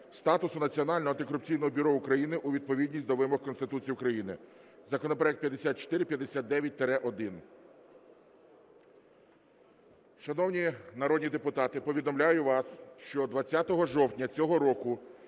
статусу Національного антикорупційного бюро України у відповідність до вимог Конституції України (законопроект 5459-1). Шановні народні депутати, повідомляю вас, що 20 жовтня цього року